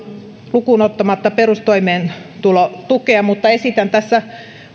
lukuun ottamatta perustoimeentulotukea mutta esitän tässä